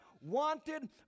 wanted